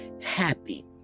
happy